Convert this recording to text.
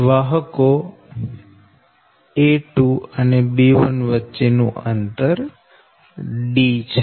વાહકો a2 અને b1 વચ્ચે નું અંતર D છે